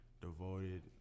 devoted